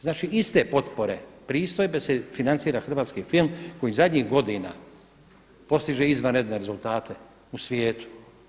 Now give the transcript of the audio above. Znači iz te potpore pristojbe se financira hrvatski film koji zadnjih godina postiže izvanredne rezultate u svijetu.